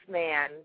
man